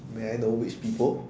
may I know which people